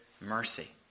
mercy